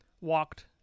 walked